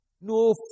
No